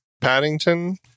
paddington